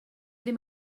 ddim